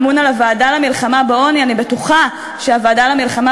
נחתמו תקנות ביטוח בריאות ממלכתי (רישום